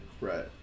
Right